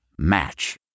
match